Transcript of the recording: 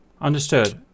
Understood